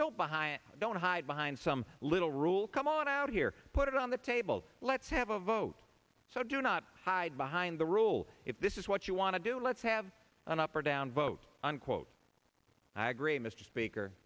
don't buy it don't hide behind some little rule come on out here put it on the table let's have a vote so do not hide behind the rule if this is what you want to do let's have an up or down vote unquote i agree mr speaker